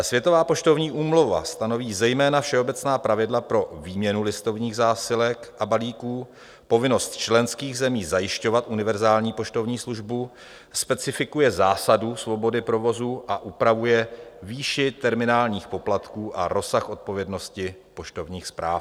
Světová poštovní úmluva stanoví zejména všeobecná pravidla pro výměnu listovních zásilek a balíků, povinnost členských zemí zajišťovat univerzální poštovní službu, specifikuje zásadu svobody provozu a upravuje výši terminálních poplatků a rozsah odpovědnosti poštovních zpráv.